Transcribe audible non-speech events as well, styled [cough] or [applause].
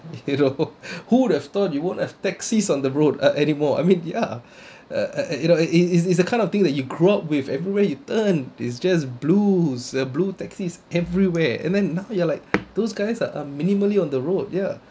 you know [laughs] who'd have thought you won't have taxis on the road uh anymore I mean ya and and you know it is a kind of thing that you grew up with everywhere you turn it's just blues uh blue taxis everywhere and then you are like those guys are are minimally on the road ya